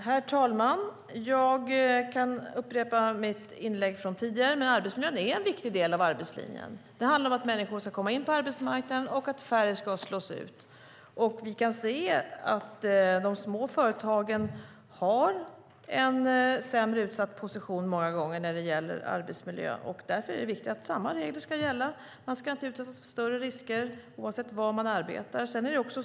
Herr talman! Låt mig upprepa mitt inlägg från tidigare. Arbetsmiljön är en viktig del av arbetslinjen. Det handlar om att människor ska komma in på arbetsmarknaden och att färre ska slås ut. Vi kan se att de små företagen många gånger har en mer utsatt position när det gäller arbetsmiljö. Därför är det viktigt att samma regler ska gälla. Man ska inte utsättas för större risker i ett mindre företag än i ett större.